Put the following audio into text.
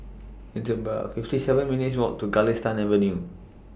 It's about fifty seven minutes' Walk to Galistan Avenue